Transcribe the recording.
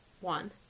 one